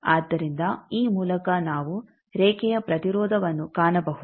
ಆದ್ದರಿಂದ ಈ ಮೂಲಕ ನಾವು ರೇಖೆಯ ಪ್ರತಿರೋಧವನ್ನು ಕಾಣಬಹುದು